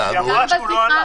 היא אמרה שהוא לא עלה.